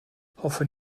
hoffwn